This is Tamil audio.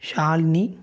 ஷாலினி